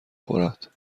خورد